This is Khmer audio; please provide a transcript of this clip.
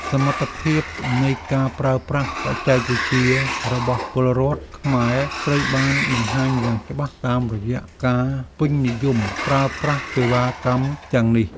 សមត្ថភាពនៃការប្រើប្រាស់បច្ចេកវិទ្យារបស់ពលរដ្ឋខ្មែរត្រូវបានបង្ហាញយ៉ាងច្បាស់តាមរយៈការពេញនិយមប្រើប្រាស់សេវាកម្មទាំងនេះ។